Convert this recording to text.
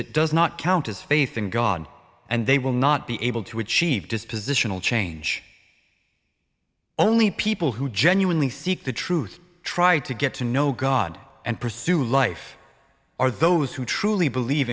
it does not count as faith in god and they will not be able to achieve dispositional change only people who genuinely seek the truth try to get to know god and pursue life are those who truly believe